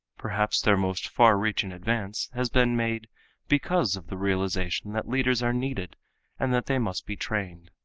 perhaps their most far-reaching advance has been made because of the realization that leaders are needed and that they must be trained.